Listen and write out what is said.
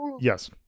yes